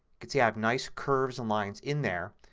can see i have nice curves and lines in there.